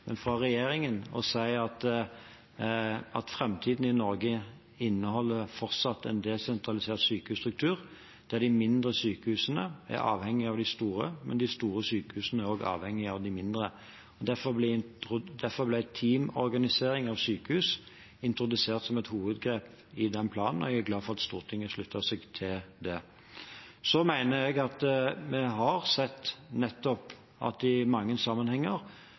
men fra regjeringen – å si at framtiden i Norge fortsatt inneholder en desentralisert sykehusstruktur, der de mindre sykehusene er avhengige av de store, men der de store sykehusene også er avhengige av de mindre. Derfor ble teamorganisering av sykehus introdusert som et hovedgrep i den planen, og jeg er glad for at Stortinget sluttet seg til det. Så mener jeg at vi har sett at en i mange sammenhenger